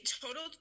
total